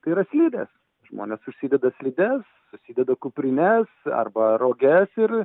tai yra slidės žmonės užsideda slides susideda kuprines arba roges ir